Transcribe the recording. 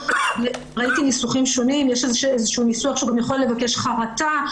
ראיתי ניסוחים שונים: יש איזשהו ניסוח שהוא גם יכול לבקש חרטה,